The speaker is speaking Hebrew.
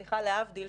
להבדיל,